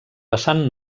vessant